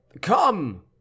come